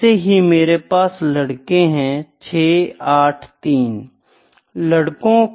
ऐसे ही मेरे पास लड़के है 6 8 3